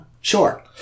Sure